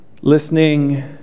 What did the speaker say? Listening